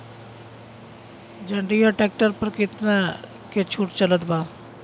जंडियर tractor पर कितना के छूट चलत बा?